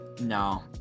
no